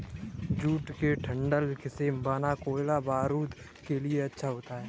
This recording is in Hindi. जूट के डंठल से बना कोयला बारूद के लिए अच्छा होता है